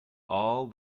all